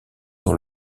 dans